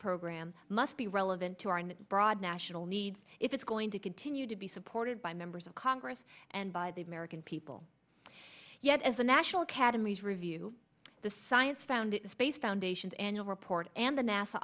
program must be relevant to our in the broad national needs if it's going to continue to be supported by members of congress and by the american people yet as the national academies review the science found in space foundations annual report and the nasa